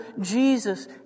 Jesus